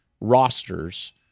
rosters –